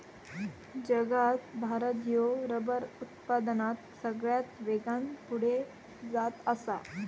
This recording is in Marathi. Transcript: जगात भारत ह्यो रबर उत्पादनात सगळ्यात वेगान पुढे जात आसा